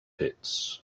pits